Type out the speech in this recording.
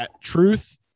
truth